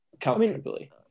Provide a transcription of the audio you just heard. comfortably